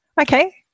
Okay